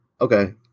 okay